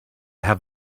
have